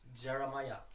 Jeremiah